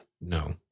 No